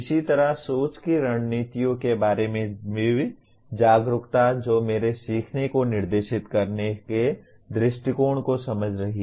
इसी तरह सोच की रणनीतियों के बारे में जागरूकता जो मेरे सीखने को निर्देशित करने के दृष्टिकोण को समझ रही है